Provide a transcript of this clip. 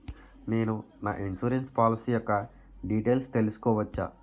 నేను నా insurance policy యెక్క డీటైల్స్ తెల్సుకోవచ్చా?